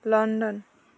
London